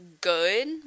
good